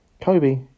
Kobe